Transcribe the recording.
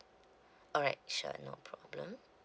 alright sure no problem